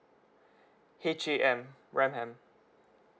H A M ram ham